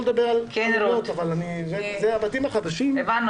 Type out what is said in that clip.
אני שומעת